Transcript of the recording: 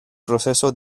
proceso